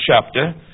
chapter